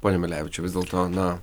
pone milevičiau vis dėlto na